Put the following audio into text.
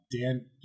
Dan